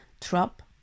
drop